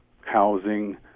housing